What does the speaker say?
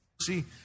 See